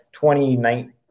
2019